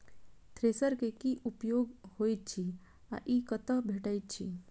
Thresher केँ की उपयोग होइत अछि आ ई कतह भेटइत अछि?